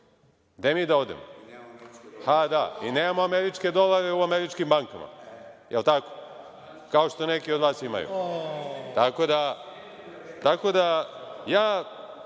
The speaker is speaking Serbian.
Gde mi da odemo? I nemamo američke dolare u američkim bankama, je li tako, kao što neki od vas imaju. Tako da, ja sam